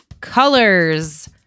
colors